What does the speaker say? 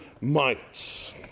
mites